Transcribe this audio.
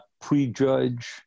prejudge